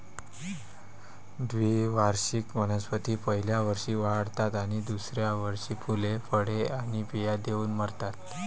द्विवार्षिक वनस्पती पहिल्या वर्षी वाढतात आणि दुसऱ्या वर्षी फुले, फळे आणि बिया देऊन मरतात